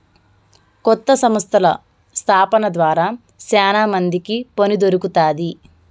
కొత్త సంస్థల స్థాపన ద్వారా శ్యానా మందికి పని దొరుకుతాది